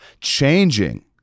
changing